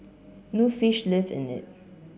no fish lived in it